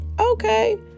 Okay